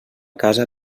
casa